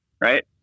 Right